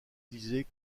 utilisés